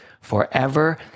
forever